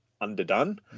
underdone